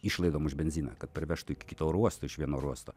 išlaidom už benziną kad parvežtų iki kito oro uosto iš vieno oro uosto